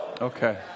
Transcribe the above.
Okay